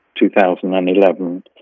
2011